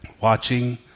watching